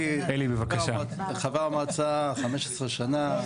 אני חבר המועצה 15 שנה.